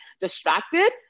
distracted